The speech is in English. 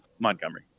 Montgomery